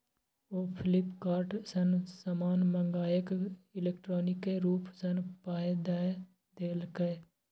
ओ Flipkart सँ समान मंगाकए इलेक्ट्रॉनिके रूप सँ पाय द देलकै